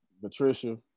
Patricia